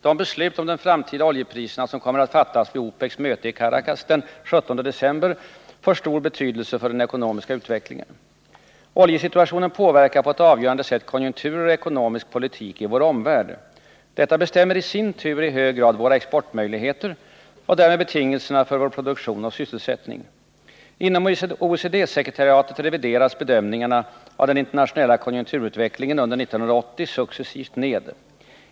De beslut om de framtida oljepriserna som kommer att fattas vid OPEC:s möte i Caracas den 17 december får stor betydelse för den ekonomiska utvecklingen. Oljesituationen påverkar på ett avgörande sätt konjunkturer och ekonomisk politik i vår omvärld. Detta bestämmer i sin tur i hög grad våra exportmöjligheter och därmed betingelserna för vår produktion och sysselsättning. Inom OECD-sekretariatet revideras bedömningarna av den internationella konjunkturutvecklingen under 1980 successivt ned.